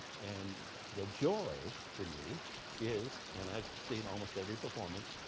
and the joy for me is, and i've seen almost every performance,